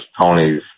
Tony's